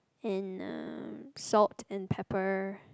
and um salt and pepper